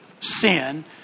sin